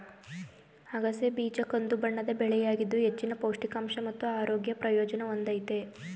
ಅಗಸೆ ಬೀಜ ಕಂದುಬಣ್ಣದ ಬೆಳೆಯಾಗಿದ್ದು ಹೆಚ್ಚಿನ ಪೌಷ್ಟಿಕಾಂಶ ಮತ್ತು ಆರೋಗ್ಯ ಪ್ರಯೋಜನ ಹೊಂದಯ್ತೆ